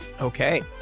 Okay